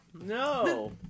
no